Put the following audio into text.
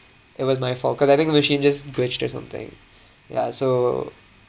it was my fault cause I think the machine just glitched or something yeah so